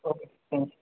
okay thanks